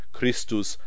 Christus